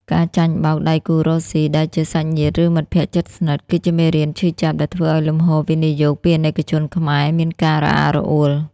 ការចាញ់បោក "ដៃគូរកស៊ី" ដែលជាសាច់ញាតិ ឬមិត្តភក្ដិជិតស្និទ្ធ គឺជាមេរៀនឈឺចាប់ដែលធ្វើឱ្យលំហូរវិនិយោគពីអាណិកជនខ្មែរ មានការរអាក់រអួល។